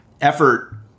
effort